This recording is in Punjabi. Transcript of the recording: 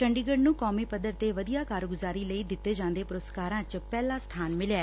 ਚੰਡੀਗੜ ਨੂੰ ਕੌਮੀ ਪੱਧਰ ਤੇ ਵਧੀਆ ਕਾਰਗੁਜਾਰੀ ਲਈ ਦਿੱਤੇ ਜਾਂਦੇ ਪੁਰਸਕਾਰਾਂ ਚ ਪਹਿਲਾਂ ਸਥਾਨ ਮਿਲਿਐ